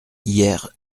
hier